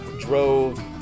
drove